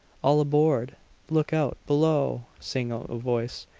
all aboard look out, below! sang out a voice.